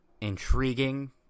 intriguing